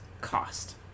cost